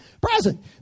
Present